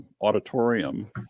auditorium